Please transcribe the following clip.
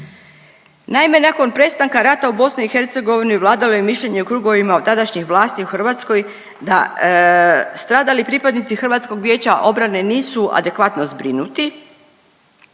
Naime, nakon prestanka rata u BIH vladao je mišljenje u krugovima tadašnjih vlasti u Hrvatskoj da stradali pripadnici Hrvatskog vijeća obrane, nisu adekvatno zbrinuti